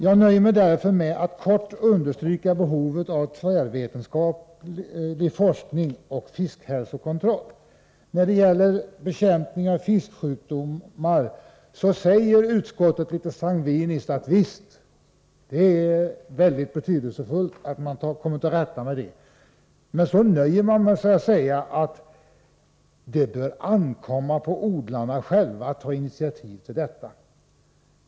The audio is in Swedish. Jag nöjer mig därför med att kort understryka behovet av tvärvetenskaplig forskning och fiskhälsokontroll. När det gäller bekämpningen av fisksjukdomar säger utskottet litet sangviniskt: Visst, det är väldigt betydelsefullt att man kommer till rätta med detta. Men så nöjer man sig med att säga att det bör ankomma på odlarna själva att ta initiativ i den riktningen.